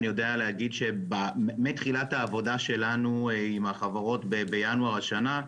אני יודע להגיד שמתחילת העבודה שלנו עם החברות בינואר השנה,